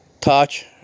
touch